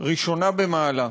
ראשונה במעלה.